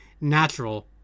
natural